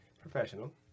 professional